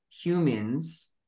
humans